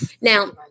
Now